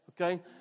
Okay